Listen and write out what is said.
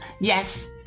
yes